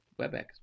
WebEx